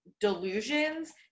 delusions